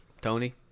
Tony